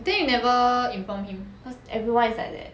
then you never inform him